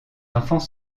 enfants